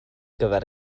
gyfer